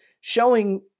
showing